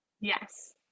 Yes